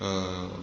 ओ